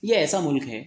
یہ ایسا ملک ہے